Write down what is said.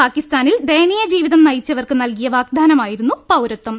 പാക്കി സ്ഥാനിൽ ദയനീയ ജീവിതം നയിച്ചവർക്ക് നൽകിയ വാഗ്ദാന മായിരുന്നു പൌരത്വം